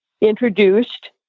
introduced